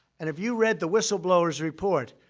and if you read the whistleblower's report,